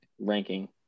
ranking